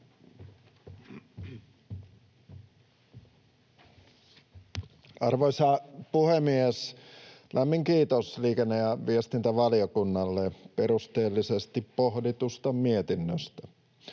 Arvoisa puhemies! Lämmin kiitos liikenne- ja viestintävaliokunnalle perusteellisesti pohditusta mietinnöstä.